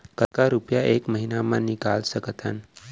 कतका रुपिया एक महीना म निकाल सकथन?